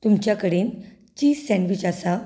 तुमच्या कडेन cheese sandwich आसा